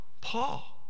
Paul